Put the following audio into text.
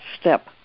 step